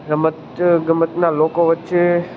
રમત ગમતના લોકો વચ્ચે